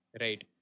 Right